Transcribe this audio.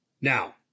now